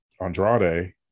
Andrade